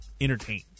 entertained